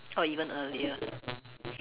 or even earlier